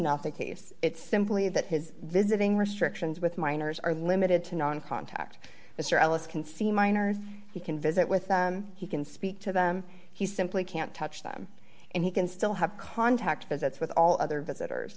not the case it's simply that his visiting restrictions with minors are limited to non contact mr ellis can see minors he can visit with them he can speak to them he simply can't touch them and he can still have contact visits with all other visitors